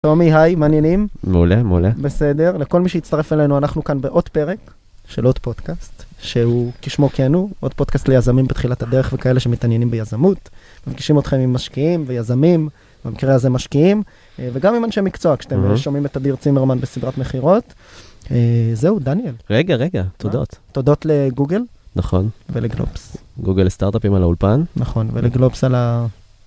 תומי היי, מעניינים? מעולה, מעולה. בסדר. לכל מי שיצטרף אלינו, אנחנו כאן בעוד פרק של עוד פודקאסט, שהוא כשמו כן הוא, עוד פודקאסט ליזמים בתחילת הדרך וכאלה שמתעניינים ביזמות, מפגישים אתכם עם משקיעים ויזמים, במקרה הזה משקיעים, וגם עם אנשי מקצוע כשאתם שומעים את אדיר צימרמן בסדרת מכירות. זהו, דניאל. רגע, רגע, תודות. תודות לגוגל. נכון. ולגלובס. גוגל לסטארט-אפים על האולפן. נכון, ולגלובס על ה...